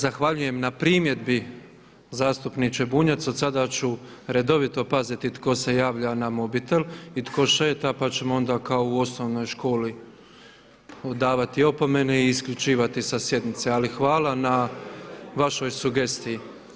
Zahvaljujem na primjedbi zastupniče Bunjac, od sada ću redovito paziti tko se javlja na mobitel i tko šeta pa ćemo onda kao u osnovnoj školi davati opomene i isključivati sa sjednice, ali hvala na vašoj sugestiji.